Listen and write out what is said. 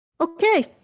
Okay